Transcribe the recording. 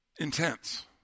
Intense